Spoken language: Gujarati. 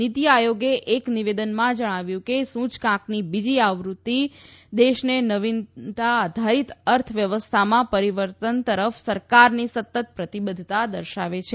નીતી આયોગે એક નિવેદનમાં જણાવ્યું કે સુચકાંકની બીજી આવૃતિ દેશને નવીનતા આધારીત અર્થ વ્યવસ્થામાં પરીવર્તન તરફ સરકારની સતત પ્રતિબધ્ધતા દર્શાવે છે